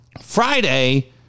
Friday